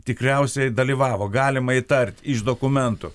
tikriausiai dalyvavo galima įtart iš dokumentų